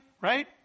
right